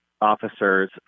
officers